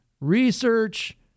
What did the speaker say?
Research